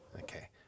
Okay